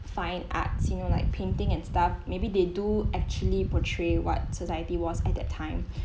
fine arts you know like painting and stuff maybe they do actually portray what society was at that time